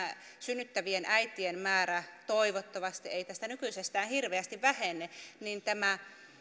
synnyttävien äitien määrä toivottavasti ei tästä nykyisestään hirveästi vähene niin